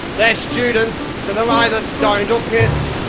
they're students, so they're either stoned or pissedthen